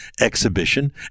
exhibition